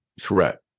threat